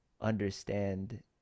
understand